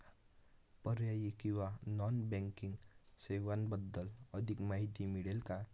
पर्यायी किंवा non banking सेवांबद्दल अधिक माहिती मिळेल का?